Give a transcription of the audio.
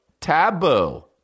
Taboo